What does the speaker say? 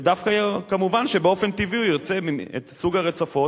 ומובן שבאופן טבעי הוא ירצה את סוג המרצפות